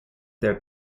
their